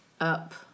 up